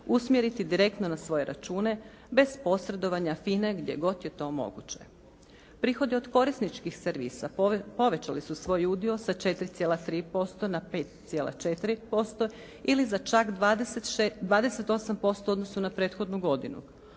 usmjeriti direktno na svoje račune bez posredovanja FINA-e gdje god je to moguće. Prihodi od korisničkih servisa povećali su svoj udio sa 4,3% na 5,4% ili za čak 28% u odnosu na prethodnu godinu.